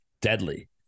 deadly